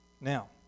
Now